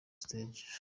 stage